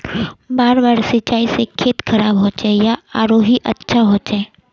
बार बार सिंचाई से खेत खराब होचे या आरोहो अच्छा होचए?